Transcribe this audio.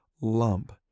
lump